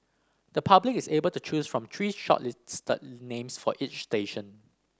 the public is able to choose from three shortlisted names for each station